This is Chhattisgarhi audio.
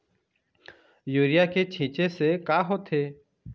यूरिया के छींचे से का होथे?